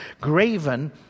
graven